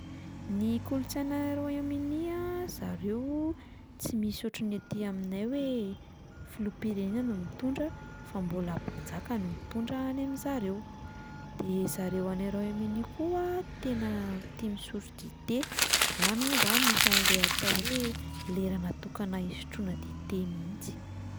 Ny kolontsaina any Royaume-Uni a, zareo tsy misy ohatran'ny aty aminay hoe filoham-pirenena no mitondra fa mbola mpanjaka no mitondra any amin'zareo, de zareo any Royaume-Uni koa tena tia misotro dite, any moa izany misy an'ilay atao hoe lera natokana hisotroana dite mihitsy.